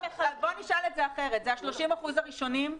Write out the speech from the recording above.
ה-30% הראשונים?